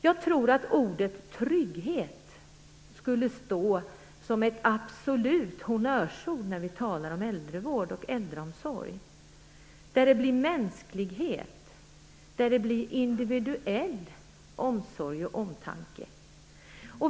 Jag tror att ordet trygghet skulle stå som ett absolut honnörsord när vi talar om äldrevård och äldreomsorg, där det blir mänsklighet, där det blir individuell omsorg och omtanke.